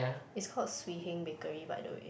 it's called Swee-HengBakery by the way